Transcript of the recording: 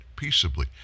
peaceably